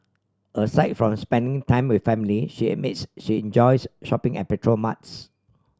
aside from spending time with family she admits she enjoys shopping at petrol marts